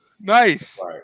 Nice